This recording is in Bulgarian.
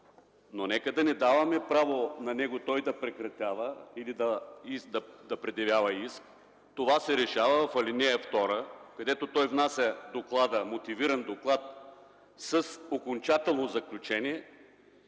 но нека да не му даваме право той да прекратява или да предявява иск. Това се внася в ал. 2, където той внася мотивиран доклад с окончателно заключение.